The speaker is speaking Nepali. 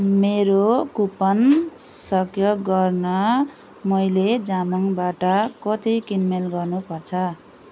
मेरो कुपन सक्रिय गर्न मैले जाबोङ्गबाट कति किनमेल गर्नुपर्छ